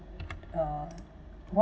uh what